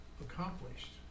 accomplished